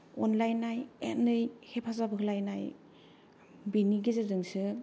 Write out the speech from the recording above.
अनलायनाय नै हेफाजाब होलायनाय बेनि गेजेरजोंसो